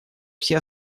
все